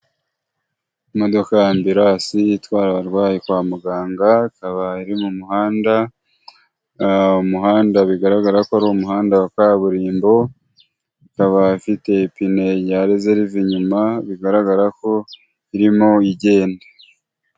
Imodoka ya ambirasi itwara abarwayi kwa muganga, ikaba iri mu muhanda, umuhanda bigaragara ko ari umuhanda wa kaburimbo, ikaba ifite ipine rya rezerive inyuma, bigaragara ko irimo igenda.